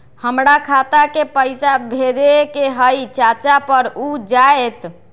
हमरा खाता के पईसा भेजेए के हई चाचा पर ऊ जाएत?